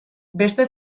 beste